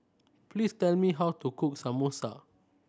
please tell me how to cook Samosa